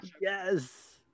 Yes